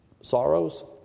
sorrows